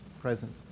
present